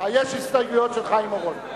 הסתייגויות של חיים אורון.